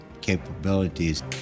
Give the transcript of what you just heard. capabilities